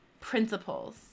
principles